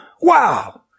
Wow